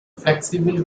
flexible